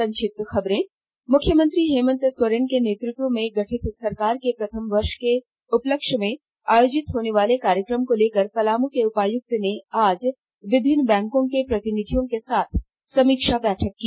संक्षिप्त खबरें मुख्यमंत्री हेमंत सोरेन के नेतृत्व में गठित सरकार के प्रथम वर्षगांठ के उपलक्ष्य में आयोजित होने वाले कार्यक्रम को लेकर पलामू के उपायुक्त ने आज विभिन्न बैंकों के प्रतिनिधियों के साथ समीक्षा बैठक की